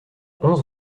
onze